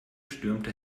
stürmte